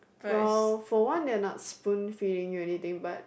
well for one they're not spoon feeding or anything but